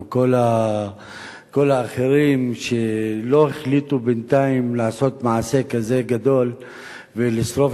או כל האחרים שלא החליטו בינתיים לעשות מעשה כזה גדול ולשרוף